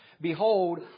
Behold